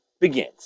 begins